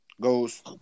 goes